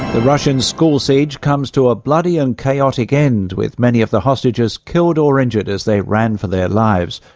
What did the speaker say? the russian school siege comes to a bloody and chaotic end, with many of the hostages killed or injured as they ran for their lives.